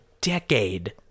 decade